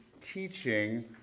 teaching